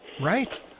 Right